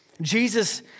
Jesus